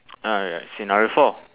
oh ya scenario four